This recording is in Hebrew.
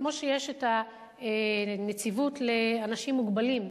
כמו שיש את הנציבות לאנשים מוגבלים,